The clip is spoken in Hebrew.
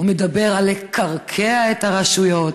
הוא מדבר על לקרקע את הרשויות,